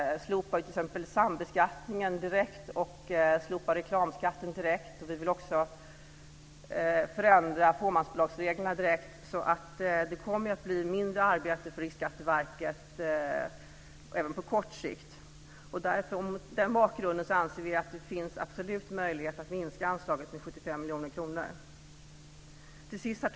Mot den bakgrunden anser vi att det finns möjlighet att minska anslaget med 75 miljoner kronor. Herr talman!